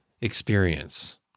experience